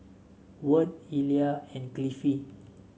Wirt Illya and Cliffie